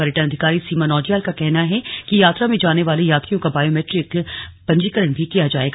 पर्यटन अधिकारी सीमा नौटियाल का कहना है कि यात्रा में जाने वाले यात्रियों का बायोमीट्रिक पंजीकरण भी किया जाएगा